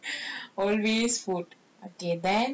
always food okay then